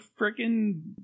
freaking